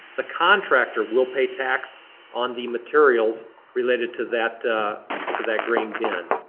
the contractor will pay tax on the materials related to that to that grain bin.